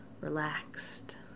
relaxed